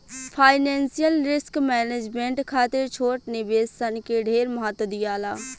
financial risk management खातिर छोट निवेश सन के ढेर महत्व दियाला